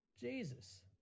Jesus